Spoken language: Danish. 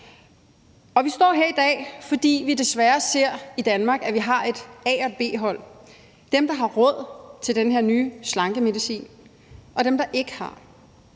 Vi står her i dag, fordi vi desværre ser i Danmark, at vi har et A- og et B-hold: dem, der har råd til den her nye slankemedicin, og dem, der ikke har;